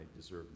deserve